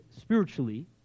spiritually